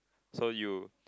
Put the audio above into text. so you